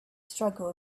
struggle